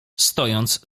stojąc